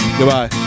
Goodbye